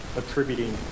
attributing